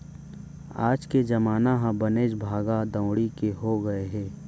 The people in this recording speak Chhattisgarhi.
आज के जमाना ह बनेच भागा दउड़ी के हो गए हे